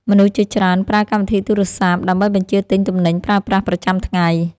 មនុស្សជាច្រើនប្រើកម្មវិធីទូរសព្ទ ដើម្បីបញ្ជាទិញទំនិញប្រើប្រាស់ប្រចាំថ្ងៃ។